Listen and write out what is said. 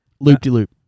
Loop-de-loop